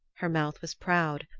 her mouth was proud,